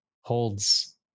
holds